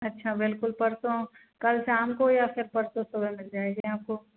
अच्छा बिल्कुल परसों कल शाम को या फिर परसों सुबह मिल जाएगे आपको